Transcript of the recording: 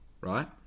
right